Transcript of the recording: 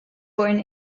born